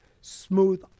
smooth